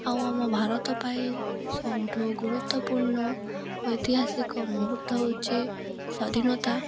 ଆଉ ଆମ ଭାରତ ପାଇଁ ସବୁଠୁ ଗୁରୁତ୍ୱପୂର୍ଣ୍ଣ ଐତିହାସିକ ମୂହୁର୍ତ୍ତ ହେଉଛି ସ୍ଵାଧୀନତା